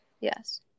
yes